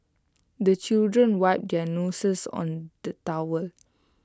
the children wipe their noses on the towel